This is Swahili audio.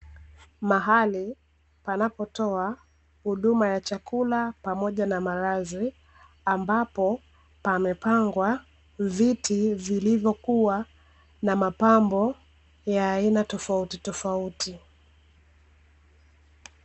Mahali panapotoa huduma ya chakula pamoja na malazi ambapo, pamepambwa viti vilivyokuwa na mapambo ya aina tofauti tofauti.